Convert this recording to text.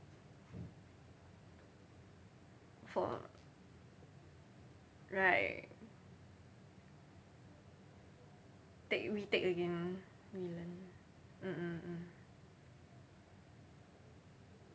for right take retake again mm mm mmhmm